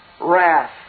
wrath